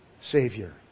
Savior